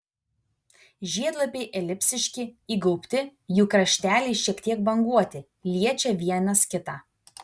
žiedlapiai elipsiški įgaubti jų krašteliai šiek tiek banguoti liečia vienas kitą